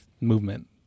movement